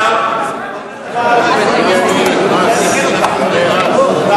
תרשה לי לתקן אותך,